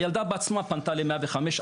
הילדה בעצמה פנתה ל-105,